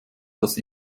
dass